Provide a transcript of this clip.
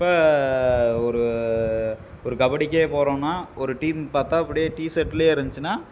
இப்போ ஒரு ஒரு கபடிக்கே போகிறோன்னா ஒரு டீம் பார்த்தா அப்படியே டிசர்ட்லே இருந்துச்சின்னா